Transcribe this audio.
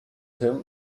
him